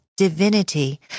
Divinity